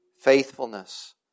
faithfulness